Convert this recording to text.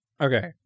Okay